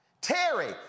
Terry